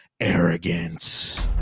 arrogance